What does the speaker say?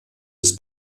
ist